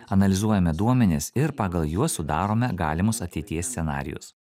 analizuojame duomenis ir pagal juos sudarome galimus ateities scenarijus